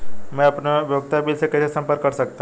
मैं अपनी उपयोगिता से कैसे संपर्क कर सकता हूँ?